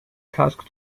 task